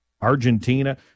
Argentina